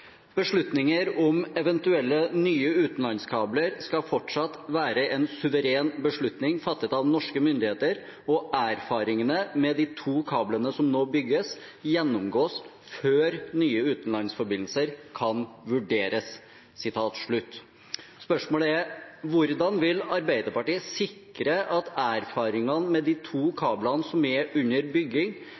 om eventuelle nye utenlandskabler skal fortsatt være en suveren beslutning fattet av norske myndigheter og erfaringene med de to kablene som nå bygges gjennomgås før nye utenlandsforbindelser kan vurderes.» Spørsmålet er: Hvordan vil Arbeiderpartiet sikre at erfaringene med de to kablene som er under bygging,